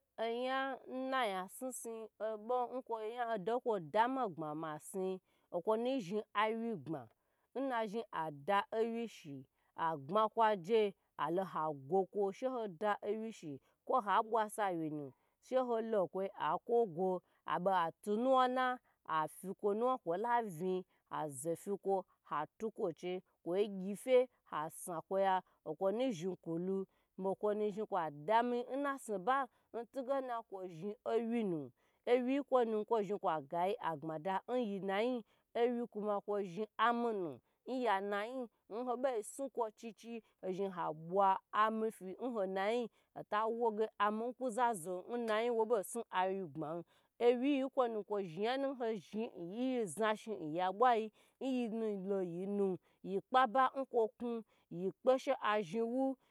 Onya n na nya snusnu obo n konya n kodama gbma masnu akonu zhni awyegbma n na zhni adaawye shi agbma kwaje halo hago kwo shi hoda awyeshi koi ha bo sawyenu she holokoi ako go habe hatu nuwmuna afiko nuwmu kola vin a tuko chai kugyefe ha snukoya akonu zhni konwu o konu zhni kwa dami n na snuba n tugana kozhni awyenu awyeyi konu kozhni kwagami agbmada n nasnuba awye kuma kozhni amyinu n yanayi n hobo snuko chi chi hozhin habwa amyi n honayi hoto wogye amyi kuzazo n honayi n hobyi snu amyigbma awyeyi konu kozhni o nyanu n yi zhnahi n yabwyi n milo yinu yi kpaba n kokwu